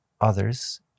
others